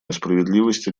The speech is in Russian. несправедливость